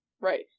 Right